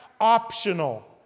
optional